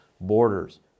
borders